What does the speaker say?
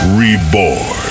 reborn